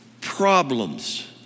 problems